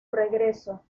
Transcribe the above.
regreso